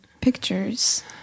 pictures